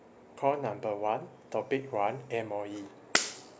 call number one topic one M_O_E